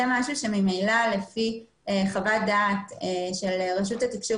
זה משהו שממילא לפי חוות דעת של רשות התקשוב